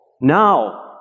now